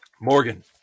Morgan